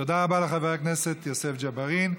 תודה רבה לחבר הכנסת יוסף ג'בארין.